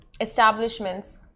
establishments